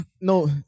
no